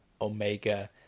Omega